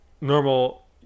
normal